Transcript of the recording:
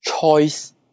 choice